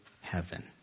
heaven